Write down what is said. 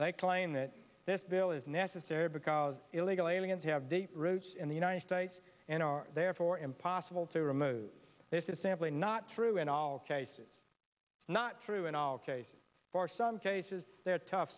they claim that this bill is necessary because illegal aliens have deep roots in the united states and are therefore impossible to remove this is simply not true in all cases it's not true in all cases for some cases there are tough